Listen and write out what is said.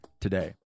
today